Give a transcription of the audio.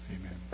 amen